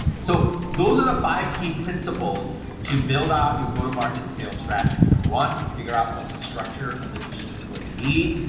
so those are the five key principles to build out your go-to-market sales strategy. number one, figure out what the structure of the team is going to be.